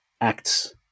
Acts